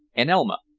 and elma?